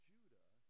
Judah